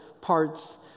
parts